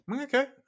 Okay